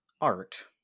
Art